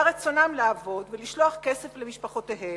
היה רצונם לעבוד ולשלוח כסף למשפחותיהם,